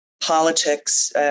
politics